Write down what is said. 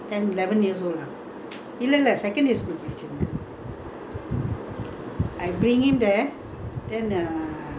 I bring him there then uh my first அண்ணி:anni searching for us she got so mad that we lost already